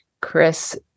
Chris